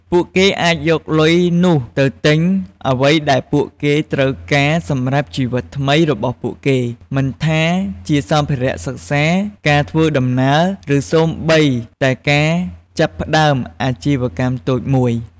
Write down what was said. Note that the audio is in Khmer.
ពួកគេអាចយកលុយនោះទៅទិញអ្វីដែលពួកគេត្រូវការសម្រាប់ជីវិតថ្មីរបស់ពួកគេ មិនថាជាសម្ភារៈសិក្សា ការធ្វើដំណើរ ឬសូម្បីតែការចាប់ផ្តើមអាជីវកម្មតូចមួយ។